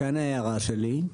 כאן ההערה שלי.